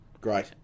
Great